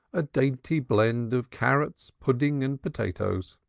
a dainty blend of carrots, pudding and potatoes.